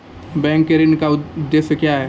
Bank के ऋण का उद्देश्य क्या हैं?